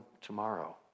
tomorrow